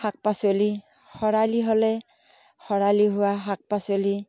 শাক পাচলি খৰালি হ'লে খৰালি হোৱা শাক পাচলি